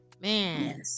Man